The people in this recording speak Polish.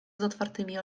otwartymi